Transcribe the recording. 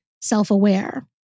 self-aware